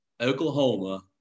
Oklahoma